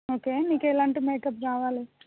okay మీకు ఎలాంటి makeup కావాలి